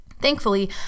Thankfully